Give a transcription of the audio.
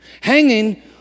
hanging